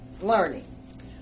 learning